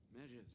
Measures